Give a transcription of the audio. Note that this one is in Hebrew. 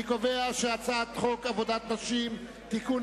אני קובע שהצעת חוק עבודת נשים (תיקון,